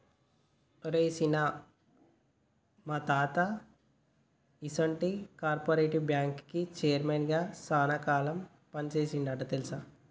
ఓరి సీన, మా తాత ఈసొంటి కార్పెరేటివ్ బ్యాంకుకి చైర్మన్ గా సాన కాలం పని సేసిండంట తెలుసా